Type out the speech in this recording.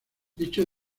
dicho